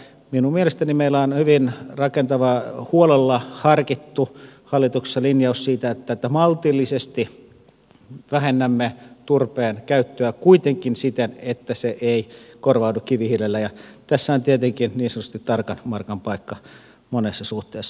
minun mielestäni meillä on hyvin rakentava huolella harkittu hallituksen linjaus siitä että maltillisesti vähennämme turpeen käyttöä kuitenkin siten että se ei korvaudu kivihiilellä ja tässä on tietenkin niin sanotusti tarkan markan paikka monessa suhteessa